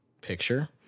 picture